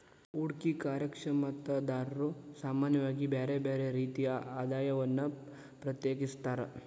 ಹೂಡ್ಕಿ ಕಾರ್ಯಕ್ಷಮತಾದಾರ್ರು ಸಾಮಾನ್ಯವಾಗಿ ಬ್ಯರ್ ಬ್ಯಾರೆ ರೇತಿಯ ಆದಾಯವನ್ನ ಪ್ರತ್ಯೇಕಿಸ್ತಾರ್